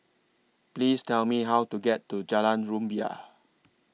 Please Tell Me How to get to Jalan Rumbia